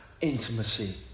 intimacy